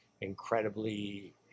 incredibly